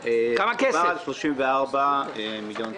מדובר על 34 מיליון ש"ח.